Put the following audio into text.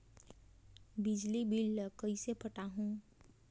बिजली बिल ल कइसे पटाहूं?